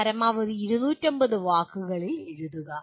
പരമാവധി 250 വാക്കുകളിൽ എഴുതുക